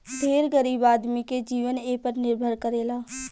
ढेर गरीब आदमी के जीवन एपर निर्भर करेला